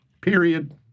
Period